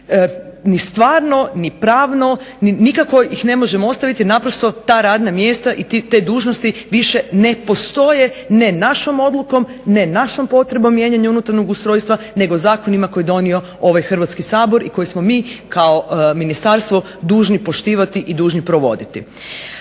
ni stvarno ni pravno ni nikako ih ne možemo ostaviti. Naprosto ta radna mjesta i te dužnosti više ne postoje ne našom odlukom, ne našom potrebom mijenjanja unutarnjeg ustrojstva nego zakonima koje je donio ovaj Hrvatski sabor i koje smo mi kao ministarstvo dužni poštivati i dužni provoditi.